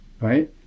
right